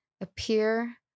appear